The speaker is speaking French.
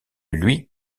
lui